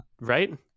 Right